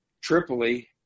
Tripoli